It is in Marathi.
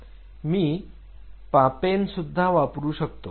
मी पापेन सुद्धा वापरू शकतो